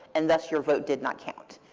and thus your vote did not count.